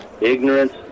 Ignorance